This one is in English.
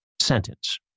sentence